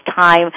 time